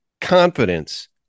confidence